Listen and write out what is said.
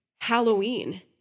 Halloween